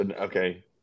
okay